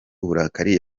uburakari